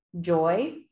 joy